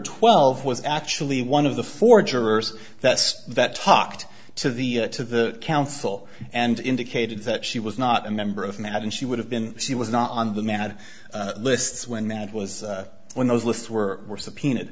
twelve was actually one of the four jurors that's that talked to the to the counsel and indicated that she was not a member of madd and she would have been she was not on the mat lists when that was when those lists were were subpoenaed